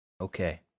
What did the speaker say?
Okay